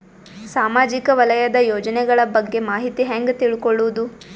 ಸಾಮಾಜಿಕ ವಲಯದ ಯೋಜನೆಗಳ ಬಗ್ಗೆ ಮಾಹಿತಿ ಹ್ಯಾಂಗ ತಿಳ್ಕೊಳ್ಳುದು?